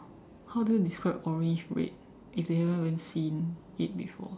how do you describe orange red if they haven't even seen it before